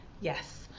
Yes